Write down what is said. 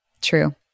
True